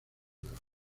nuevas